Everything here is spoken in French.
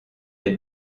des